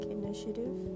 initiative